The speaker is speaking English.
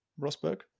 Rosberg